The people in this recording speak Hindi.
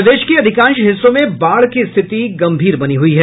प्रदेश के अधिकांश हिस्सों में बाढ़ की स्थिति गम्भीर बनी हुई है